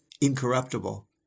incorruptible